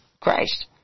Christ